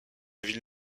ville